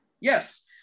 Yes